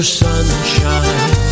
sunshine